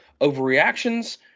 overreactions